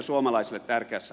arvoisa puhemies